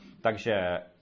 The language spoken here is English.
Takže